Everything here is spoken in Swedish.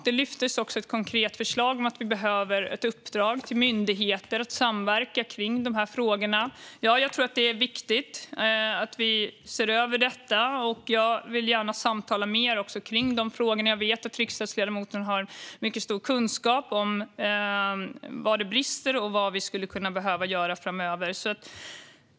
Det lyftes ett konkret förslag om att vi behöver ge ett uppdrag till myndigheter att samverka kring de här frågorna. Jag tror att det är viktigt att vi ser över detta, och jag vill gärna samtala mer om dessa frågor. Jag vet att riksdagsledamoten har mycket stor kunskap om var det brister och om vad vi skulle kunna behöva göra framöver.